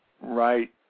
right